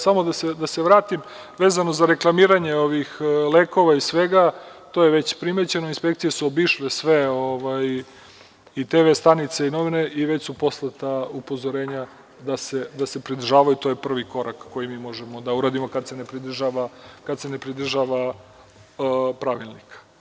Samo da se vratim vezano za reklamiranje ovih lekova i svega, to je već primećeno, inspekcije su obišle sve TV stanice i novine i već su poslata upozorenja da se pridržavaju, to je prvi korak koji mi možemo da uradimo kad se ne pridržava pravilnika.